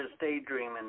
daydreaming